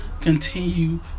continue